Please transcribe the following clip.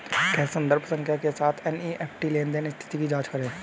कैसे संदर्भ संख्या के साथ एन.ई.एफ.टी लेनदेन स्थिति की जांच करें?